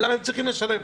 למה הם צריכים לשלם?